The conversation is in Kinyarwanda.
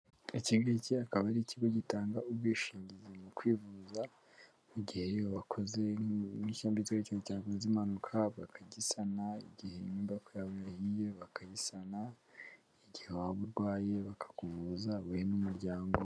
Ikindi iki akaba ari ikigo gitanga ubwishingizi mu kwivuza mu gihe iyo bakozeshya ndetse bityo cyaza impanuka bakagisana igihe imodokaye bakayisana igihe waba urwaye bakakuvuza hamwe n'umuryango.